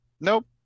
Nope